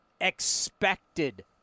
expected